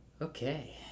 Okay